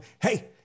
hey